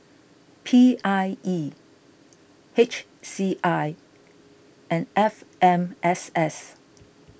P I E H C I and F M S S